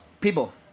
people